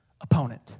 opponent